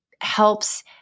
helps